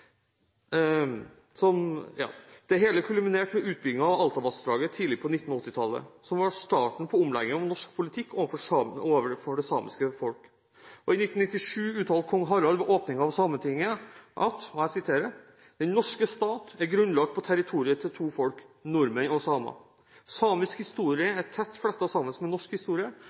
som formål å tvinge det samiske folk til å oppgi sin identitet. Det hele kuliminerte med utbyggingen av Alta-vassdraget tidlig på 1980-tallet, som ble starten på omleggingen av norsk politikk overfor det samiske folk. I 1997 uttalte Kong Harald ved åpningen av Sametinget: «Den norske stat er grunnlagt på territoriet til to folk – nordmenn og samer. Samiske historie er tett flettet sammen med norsk historie.